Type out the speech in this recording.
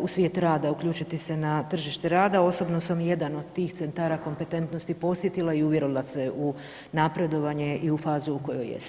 u svijet rada, uključiti se na tržište rada, osobno sam jedan od tih centara kompetentnosti posjetila i uvjerila se u napredovanje i u fazu u kojoj jesu.